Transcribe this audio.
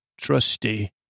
trusty